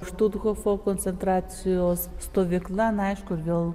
štuthofo koncentracijos stovykla na aišku vėl